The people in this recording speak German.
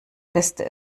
beste